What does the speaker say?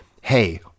hey